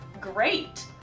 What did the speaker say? great